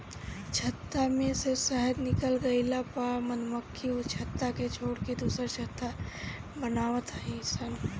छत्ता में से शहद निकल गइला पअ मधुमक्खी उ छत्ता के छोड़ के दुसर छत्ता बनवत हई सन